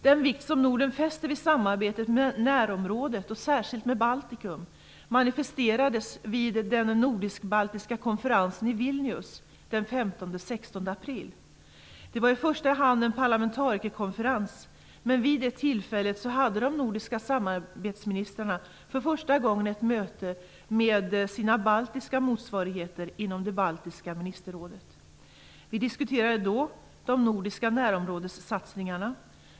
Den vikt som Norden fäster vid samarbetet med närområdet, och särskilt med Baltikum, manifesterades vid den nordisk-baltiska konferensen i Vilnius den 15-16 april. Det var i första hand en parlamentarikerkonferens, men vid det tillfället hade de nordiska samarbetsministrarna för första gången ett möte med sina baltiska motsvarigheter inom det baltiska ministerrådet. Vi diskuterade då de nordiska närområdessatsningarna.